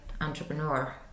entrepreneur